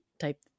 type